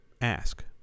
ask